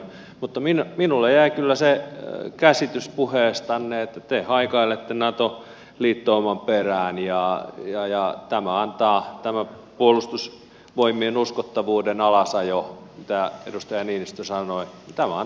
mutta minulle jäi kyllä se käsitys puheestanne että te haikailette nato liittouman perään ja tämä puolustusvoimien uskottavuuden alasajo mistä edustaja niinistö puhui antaa teille siihen selkänojan